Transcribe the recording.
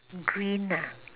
green ah